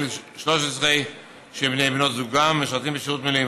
13 שבני או בנות זוגם משרתים בשירות מילואים,